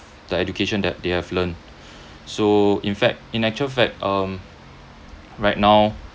the education that they have learnt so in fact in actual fact um right now